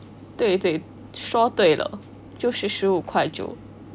对对说对了就是十五块九